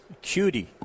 Cutie